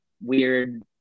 weird